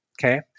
okay